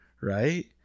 Right